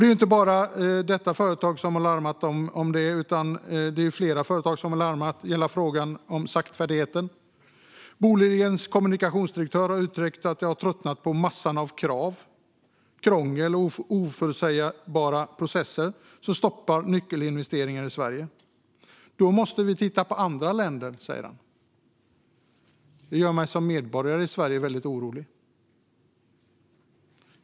Det är inte bara detta företag som har larmat om detta, utan det är fler företag som har larmat om saktfärdigheten. Bolidens kommunikationsdirektör har uttryckt att de har tröttnat på massan av krav, krångel och oförutsägbara processer som stoppar nyckelinvesteringar i Sverige. Då måste vi titta på andra länder, säger han. Det gör mig som medborgare i Sverige väldigt orolig.